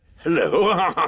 Hello